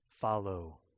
Follow